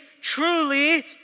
truly